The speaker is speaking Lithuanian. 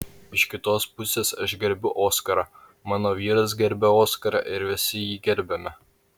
iš kitos pusės aš gerbiu oskarą mano vyras gerbia oskarą ir visi jį gerbiame